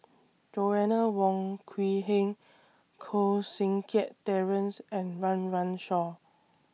Joanna Wong Quee Heng Koh Seng Kiat Terence and Run Run Shaw